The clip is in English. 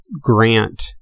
grant